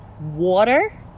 water